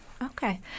Okay